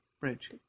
Bridge